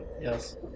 Yes